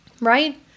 right